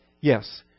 Yes